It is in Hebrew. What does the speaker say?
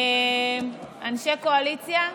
אנשי הקואליציה?